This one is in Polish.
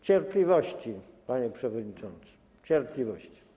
Cierpliwości, panie przewodniczący, cierpliwości.